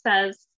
says